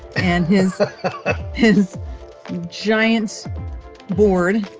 and his his giant board,